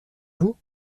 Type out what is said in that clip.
vous